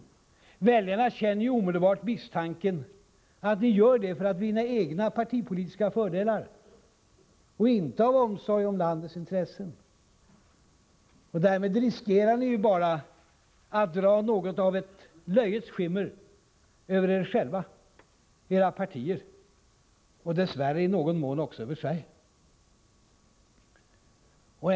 Väljarna känner omedelbart misstanken att ni gör detta för att vinna egna partipolitiska fördelar och inte av omsorg om landets intressen. Därmed riskerar ni ju bara att dra något av ett löjets skimmer över er själva, era partier och dess värre i någon mån också över Sverige.